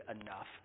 enough